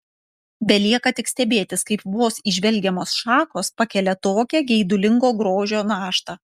belieka tik stebėtis kaip vos įžvelgiamos šakos pakelia tokią geidulingo grožio naštą